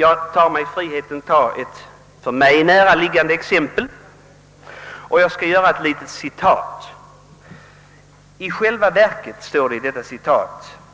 Jag tar mig friheten nämna ett mig näraliggande exempel genom att citera följande ord: »I själva verket